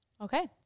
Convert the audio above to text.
okay